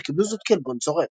שקיבלו זאת כעלבון צורב.